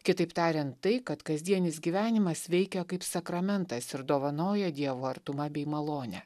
kitaip tariant tai kad kasdienis gyvenimas veikia kaip sakramentas ir dovanoja dievo artumą bei malonę